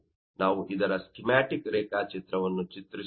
ನಾವು ಇದರ ಸ್ಕೀಮ್ಯಾಟಿಕ್ ರೇಖಾಚಿತ್ರವನ್ನು ಚಿತ್ರಿಸಿದರೆ